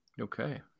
Okay